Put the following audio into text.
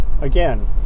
again